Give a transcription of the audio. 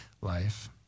life